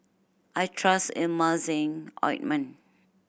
I trust Emulsying Ointment